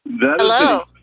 hello